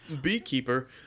Beekeeper